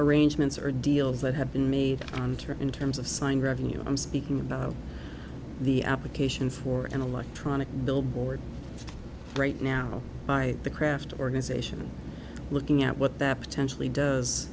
arrangements or deals that have been made on tour in terms of signing revenue i'm speaking to the application for an electronic billboard right now by the craft organization looking at what that potentially does